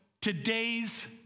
today's